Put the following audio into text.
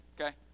okay